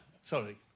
sorry